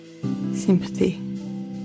sympathy